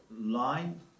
line